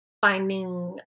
finding